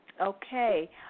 Okay